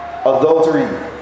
adultery